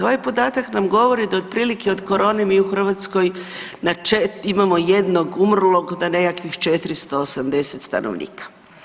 Ovaj podatak na govori da otprilike od korone mi u Hrvatskoj … imamo jednog umrlog, do nekakvih 480 stanovnika.